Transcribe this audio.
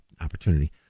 opportunity